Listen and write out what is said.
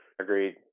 Agreed